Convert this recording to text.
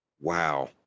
Wow